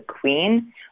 queen